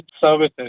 Services